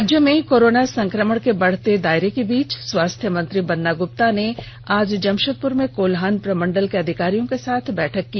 राज्य में कोरोना संक्रमण के बढते दायरे के बीच स्वास्थ्य मंत्री बन्ना गप्ता ने आज जमशेदपुर में कोल्हान प्रमंडल के अधिकारियों के साथ बैठक की